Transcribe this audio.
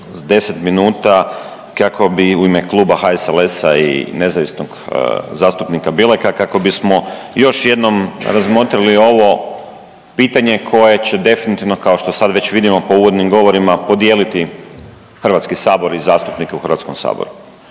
10 minuta kako bi u ime Kluba HSLS-a i nezavisnog zastupnika Vladimira Bileka, kako bismo još jednom razmotrili ovo pitanje koje će definitivno kao što sad već vidimo po uvodnim govorima, podijeliti HS i zastupnike u HS-u.